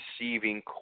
receiving